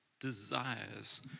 desires